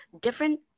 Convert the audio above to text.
different